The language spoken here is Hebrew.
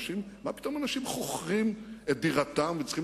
מה פתאום אנשים חוכרים את דירתם וצריכים